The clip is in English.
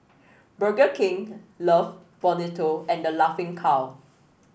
Burger King Love Bonito and The Laughing Cow